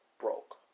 broke